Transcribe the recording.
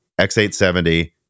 x870